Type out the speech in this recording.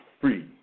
free